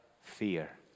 Fear